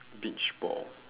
beach ball